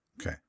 Okay